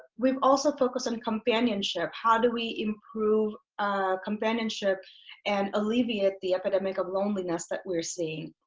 we've also focused on companionship how do we improve ah companionship and alleviate the epidemic of loneliness that we're seeing?